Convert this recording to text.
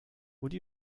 would